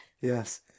Yes